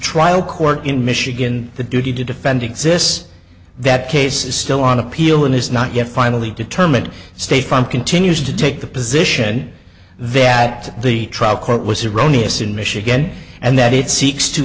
trial court in michigan the duty to defend exists that case is still on appeal and has not yet finally determined state from continues to take the position that the trial court was erroneous in michigan and that it seeks to